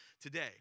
today